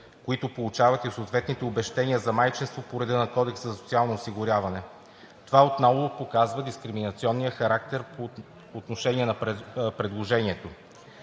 които получават и съответните обезщетения за майчинство по реда на Кодекса за социално осигуряване. Това отново показва дискриминационния характер по отношение на предложението.